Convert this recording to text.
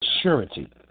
Surety